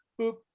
Boop